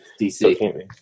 DC